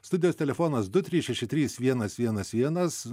studijos telefonas du trys šeši trys vienas vienas vienas